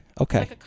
Okay